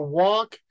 walk